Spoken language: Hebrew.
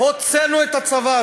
הוצאנו את הצבא,